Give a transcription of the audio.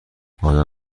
آیا